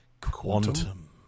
quantum